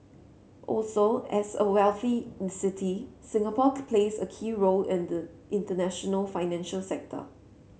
also as a wealthy city Singapore plays a key role in the in the international financial sector